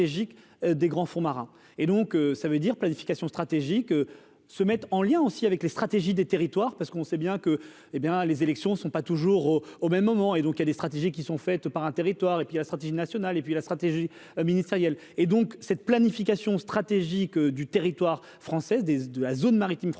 des grands fonds marins et donc ça veut dire planification stratégique se mettent en lien aussi avec les stratégies des territoires parce qu'on sait bien que, hé bien les élections ne sont pas toujours au même moment, et donc il y a des stratégies qui sont faites par un territoire et puis la stratégie nationale et puis la stratégie ministérielle et donc cette planification stratégique du territoire français des de la zone maritime française,